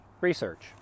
Research